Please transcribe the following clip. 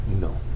No